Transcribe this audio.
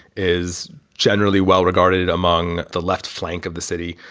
is generally well regarded among the left flank of the city.